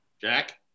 Jack